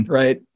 right